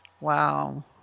Wow